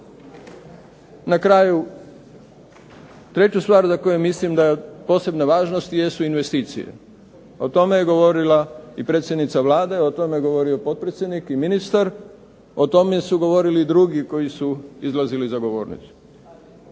Na kraju treću stvari za koju mislim da je od posebne važnost jesu investicije. O tome je govorila i predsjednica Vlade, o tome je govorio i potpredsjednik i ministra, o tome su govorili i drugi koji su izlazili za govornicu.